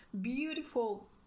beautiful